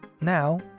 Now